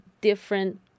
different